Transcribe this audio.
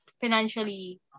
financially